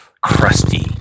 crusty